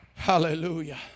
hallelujah